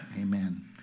Amen